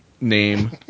name